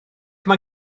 mae